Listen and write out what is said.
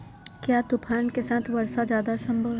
क्या तूफ़ान के साथ वर्षा जायदा संभव है?